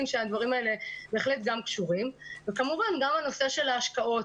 שהדברים האלה בהחלט גם קשורים וכמובן גם הנושא של ההשקעות.